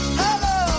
hello